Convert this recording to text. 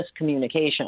miscommunication